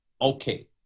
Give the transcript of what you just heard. Okay